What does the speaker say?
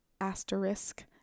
asterisk